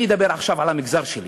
אני אדבר עכשיו על המגזר הדרוזי.